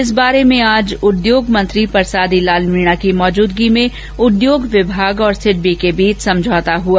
इस बारे में आज उद्योग मंत्री परसादी लाल मीणा की मौजूदगी में उद्योग विभाग और सिडबी के बीच समझौता हुआ